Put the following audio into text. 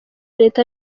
leta